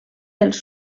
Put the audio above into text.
dels